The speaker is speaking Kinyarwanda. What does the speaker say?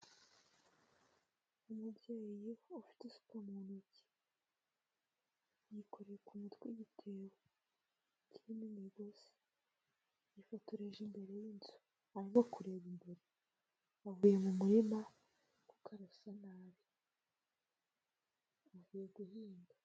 Umubyeyi ufite isuka mu ntoki yikoreye ku mutwe igitebo kirimo imigozi, yifotoreje imbere y'inzu arimo kureba imbere, avuye mu murima kuko ari gusa nabi uvuye guhinga.